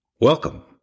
Welcome